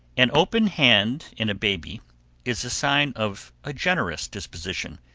an open hand in a baby is a sign of a generous disposition,